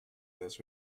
las